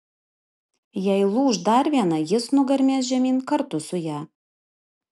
jei lūš dar viena jis nugarmės žemyn kartu su ja